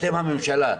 אתם הממשלה,